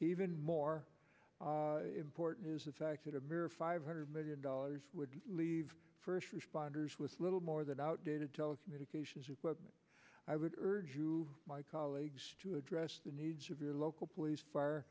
even more important is the fact that a mere five hundred million dollars would leave first responders with little more than outdated telecommunications equipment i would urge you my colleagues to address the needs of your local police fire